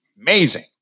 amazing